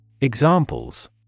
Examples